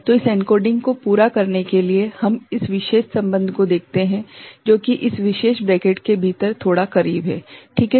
तो इस एन्कोडिंग को पूरा करने के लिए हम इस विशेष संबंध को देखते हैं जो कि इस ब्रैकेट के भीतर थोड़ा करीब है ठीक है